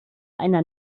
einer